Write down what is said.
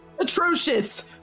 atrocious